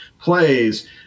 plays